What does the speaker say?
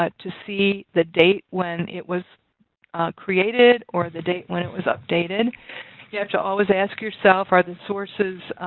but to see the date when it was created or the date when it was updated you have to always ask yourself are the sources,